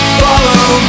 follow